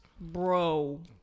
bro